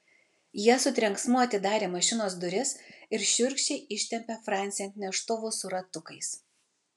jie su trenksmu atidarė mašinos duris ir šiurkščiai ištempė francį ant neštuvų su ratukais